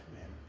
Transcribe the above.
man